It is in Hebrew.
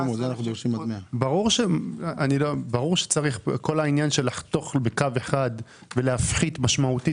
ברור שכך העניין של לחתוך בקו אחד ולהפחית משמעותית